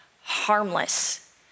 harmless